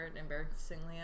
embarrassingly